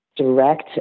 direct